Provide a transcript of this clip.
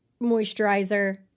moisturizer